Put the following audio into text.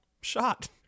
shot